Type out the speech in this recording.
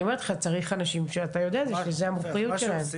אני אומרת לך צריך אנשים שאתה יודע שזה המומחיות שלהם.